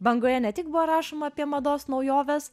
bangoje ne tik buvo rašoma apie mados naujoves